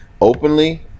openly